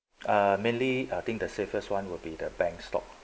uh mainly I think the safest one will be the bank stock